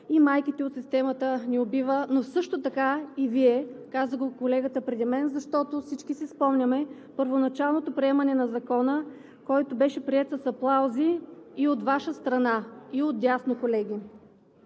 и майките от „Системата ни убива“, но също така и Вие. Каза го колегата преди мен, защото всички си спомняме първоначалното приемане на Закона, който беше приет с аплаузи и от Ваша страна, и отдясно, колеги.